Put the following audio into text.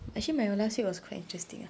actually my last week was quite interesting ah